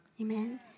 Amen